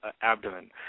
abdomen